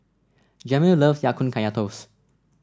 Jamil love Ya Kun Kaya Toast